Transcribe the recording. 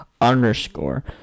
underscore